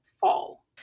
fall